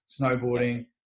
snowboarding